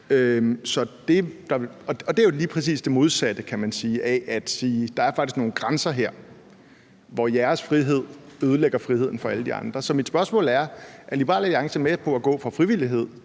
sige er lige præcis det modsatte af at sige: Der er faktisk nogle grænser her, hvor jeres frihed ødelægger friheden for alle de andre. Så mit spørgsmål er: Er Liberal Alliance med på at gå fra frivillighed